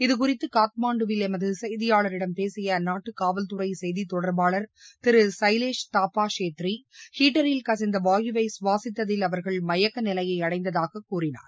இதுகுறித்து காத்மாண்டுவில் எமது செய்தியாளரிடம் பேசிய அந்நாட்டு காவல்துறை செய்தித் தொடர்பாளர் திரு சைலேஷ் தாபா ஷேத்ரி ஹீட்டரில் கசிந்த வாயு வை சுவாசித்தத்தில் அவர்கள் மயக்க நிலையை அடைந்ததாக கூறினார்